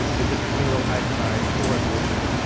it's just a single eight k full resolution